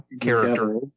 character